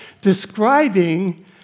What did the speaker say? describing